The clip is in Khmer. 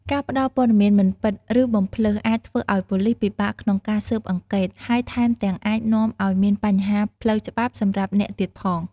ការផ្ដល់ព័ត៌មានមិនពិត ឬបំភ្លើស អាចធ្វើឲ្យប៉ូលីសពិបាកក្នុងការស៊ើបអង្កេត ហើយថែមទាំងអាចនាំឲ្យមានបញ្ហាផ្លូវច្បាប់សម្រាប់អ្នកទៀតផង។